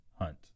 hunt